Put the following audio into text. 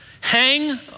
hang